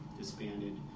disbanded